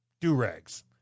Do-rags